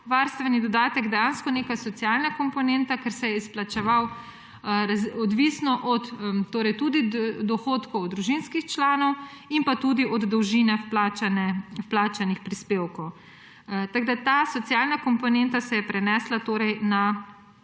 varstveni dodatek dejansko neka socialna komponenta, ker se je izplačeval odvisno od dohodkov družinskih članov in tudi od dolžine vplačanih prispevkov. Ta socialna komponenta se je prenesla torej na